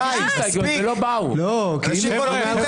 גוזלים כספי ציבור שעובד קשה ונלחם